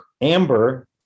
amber